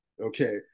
okay